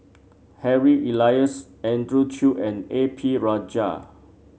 Harry Elias Andrew Chew and A P Rajah